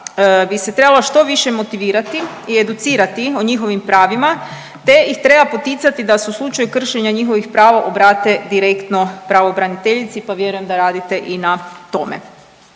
bi se trebala što više motivirati i educirati o njihovim pravima te ih treba poticati da se u slučaju kršenja njihovih prava obrate direktno pravobraniteljici pa vjerujem da radite i na tome.